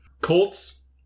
Colts